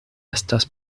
estas